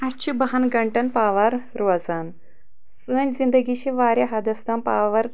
اسہِ چھِ بہن گنٛٹن پاور روزان سٲنۍ زندگی چھِ واریاہ حدس تام پاور